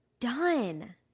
done